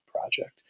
project